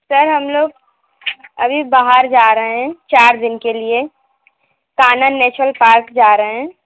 sir हम लोग अभी बाहर जा रहे हैं चार दिन के लिए कान्हा नेशनल पार्क जा रहे हैं